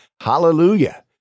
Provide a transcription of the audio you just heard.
Hallelujah